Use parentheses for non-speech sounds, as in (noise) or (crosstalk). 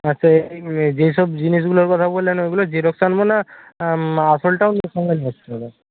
আচ্ছা (unintelligible) যেই সব জিনিসগুলোর কথা বললেন ওগুলোর জেরক্স আনব না আসলটাও (unintelligible) সঙ্গে নিয়ে আসতে হবে